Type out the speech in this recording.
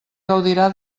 gaudirà